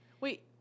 Wait